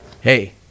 Hey